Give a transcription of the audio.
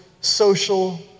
social